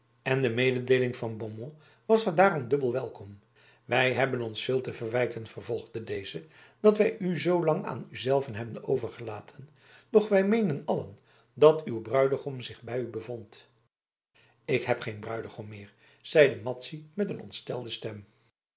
en de mededeeling van beaumont was haar daarom dubbel welkom wij hebben ons veel te verwijten vervolgde deze dat wij u zoolang aan u zelve hebben overgelaten doch wij meenden allen dat uw bruidegom zich bij u bevond ik heb geen bruidegom meer zeide madzy met een ontstelde stem